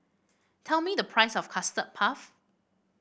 tell me the price of Custard Puff